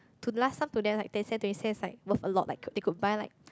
to last time to them like ten cent twenty cents like worth a lot they could buy like